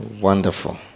Wonderful